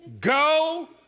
Go